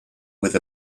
with